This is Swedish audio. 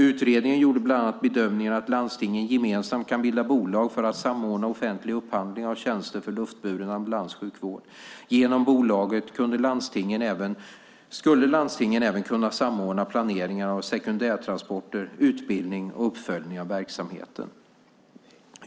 Utredningen gjorde bland annat bedömningen att landstingen gemensamt kan bilda bolag för att samordna offentlig upphandling av tjänster för luftburen ambulanssjukvård. Genom bolaget skulle landstingen även kunna samordna planeringen av sekundärtransporter, utbildning och uppföljning av verksamheten.